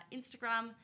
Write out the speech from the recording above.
Instagram